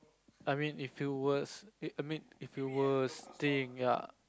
I mean if it was I mean if it was staying ya